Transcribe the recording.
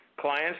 Clients